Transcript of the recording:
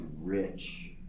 rich